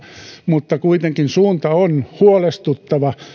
mutta kuitenkin suunta on huolestuttava